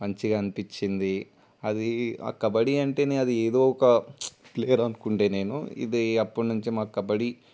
మంచిగా అనిపించింది అదీ ఆ కబడ్డీ అంటేనే అది ఏదో ఒక ప్లేయర్ అనుకునేది నేను ఇది అప్పటి నుంచి మాకు కబడ్డీ